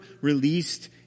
released